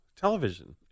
Television